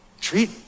Treat